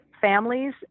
families